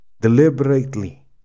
deliberately